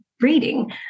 reading